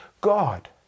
God